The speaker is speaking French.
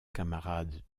camarade